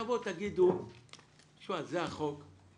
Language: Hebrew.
תבואו ותאמרו שזה החוק,